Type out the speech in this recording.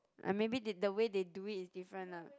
I maybe did the way they do it is different lah